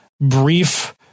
brief